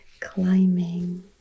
climbing